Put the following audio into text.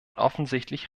offensichtlich